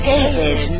David